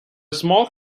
small